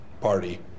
party